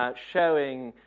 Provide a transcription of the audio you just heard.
ah showing